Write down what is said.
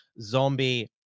zombie